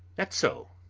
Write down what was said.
that's so.